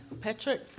Patrick